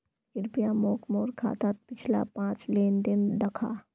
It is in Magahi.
कृप्या मोक मोर खातात पिछला पाँच लेन देन दखा